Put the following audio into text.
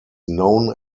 known